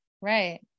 right